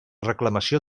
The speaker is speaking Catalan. reclamació